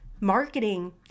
Marketing